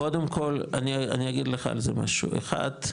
קודם כל, אני אגיד לך על זה משהו, אחד,